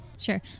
Sure